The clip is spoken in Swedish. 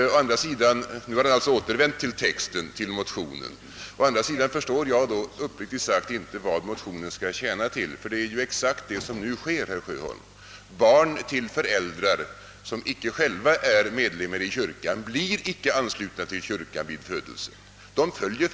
Nu har han alltså återvänt till texten, till motionen. Å andra sidan förstår jag då uppriktigt sagt inte vad motionen skall tjäna till, ty detta att barnen följer föräldrarna, det är ju exakt det som nu sker, herr Sjöholm. Barn till föräldrar, som icke är medlemmar av kyrkan, blir icke anslutna till kyrkan vid födelsen.